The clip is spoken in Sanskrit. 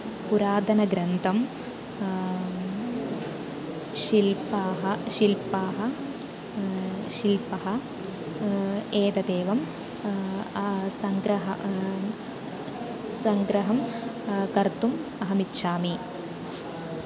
पुरातनग्रन्थं शिल्पाः शिल्पाः शिल्पः एतदेवं सङ्ग्रहः सङ्ग्रहं कर्तुम् अहमिच्छामि